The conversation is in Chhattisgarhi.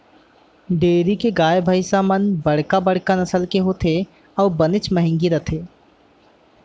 डेयरी के गाय भईंस मन बड़का बड़का नसल के होथे अउ बनेच महंगी रथें